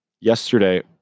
yesterday